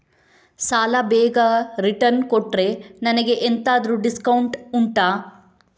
ಸಾಲ ಬೇಗ ರಿಟರ್ನ್ ಕೊಟ್ರೆ ನನಗೆ ಎಂತಾದ್ರೂ ಡಿಸ್ಕೌಂಟ್ ಉಂಟಾ